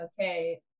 okay